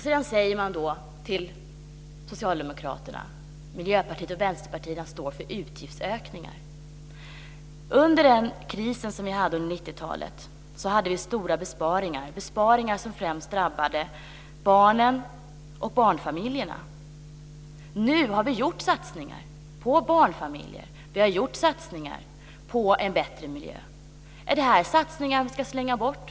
De säger till Socialdemokraterna: Miljöpartiet och Vänsterpartiet står för utgiftsökningar. Under den kris vi hade under 90-talet gjordes stora besparingar. Det var besparingar som främst drabbade barnen och barnfamiljerna. Nu har vi gjort satsningar på barnfamiljer och en bättre miljö. Är det satsningar vi ska slänga bort?